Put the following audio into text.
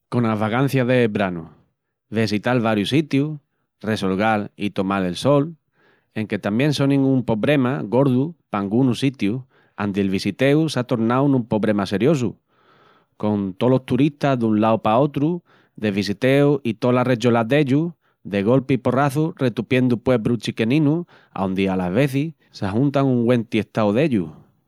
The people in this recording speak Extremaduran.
Conas vagancias de branu, vesital varius sitius, resolgal i tomal el sol. Enque tamién sonin un pobrema gordu p'angunus sitius andi'l visiteu s'a tornau nun pobrema seriosu, con tolos turistas dun lau pa otru de visiteu i tola recholá dellus de golpi i porrazu retupiendu puebrus chiqueninus aondi alas vezis s'ajuntan un güen tiestau dellus.